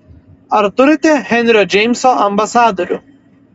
ar turite henrio džeimso ambasadorių